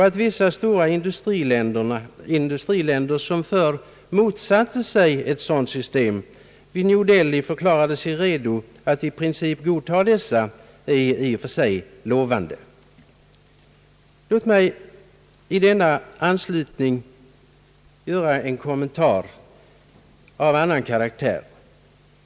Att vissa stora industriländer, som förr motsatt sig ett sådant system, i New Delhi förklarade sig redo att i princip godta detta är i och för sig lovande. Låt mig i anslutning till detta göra en kommentar av annan karaktär.